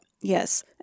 Yes